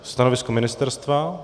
Stanovisko ministerstva?